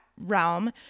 realm